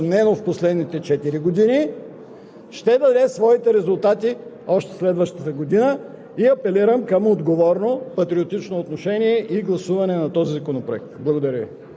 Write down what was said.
ако бъде последвана от едно добро управление на нашите въоръжени сили, едно добро ръководство на Министерството на отбраната, каквото имаме несъмнено в последните четири години,